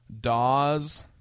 Dawes